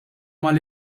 mal